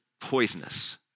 poisonous